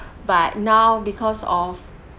but now because of